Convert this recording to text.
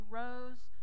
rose